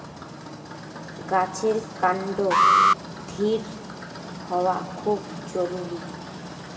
গাছের কান্ড দৃঢ় হওয়া খুব জরুরি